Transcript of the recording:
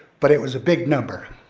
but it was a big number.